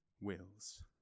wills